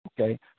Okay